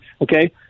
okay